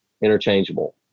interchangeable